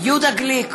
יהודה גליק,